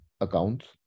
accounts